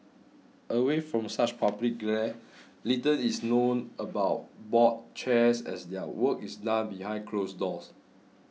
away from such public glare little is known about board chairs as their work is done behind closed doors